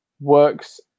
works